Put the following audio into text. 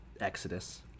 Exodus